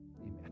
amen